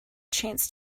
chance